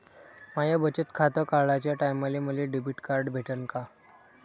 माय बचत खातं काढाच्या टायमाले मले डेबिट कार्ड भेटन का?